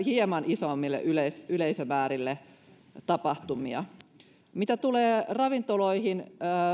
hieman isommille yleisömäärille tapahtumia mitä tulee ravintoloihin